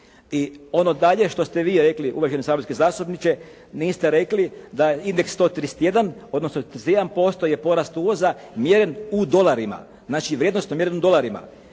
I ono dalje što ste vi rekli uvaženi saborski zastupniče niste rekli da indeks 131 odnosno 31% je porast uvoza mjeren u dolarima. Znači vrijednosno mjeren u dolarima.